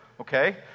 okay